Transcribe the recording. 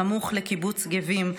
סמוך לקיבוץ גבים,